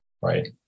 right